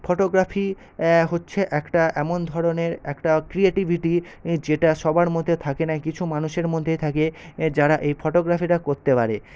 photography হচ্ছে একটা এমন ধরনের একটা ক্রিয়েটিভিটি ইঁ যেটা সবার মধ্যে থাকে না কিছু মানুষের মধ্যে থাকে যারা এই ফটোগ্রাফিটা করতে পারে